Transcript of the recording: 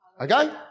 Okay